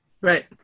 right